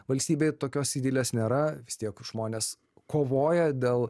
valstybėj tokios idilės nėra vis tiek žmonės kovoja dėl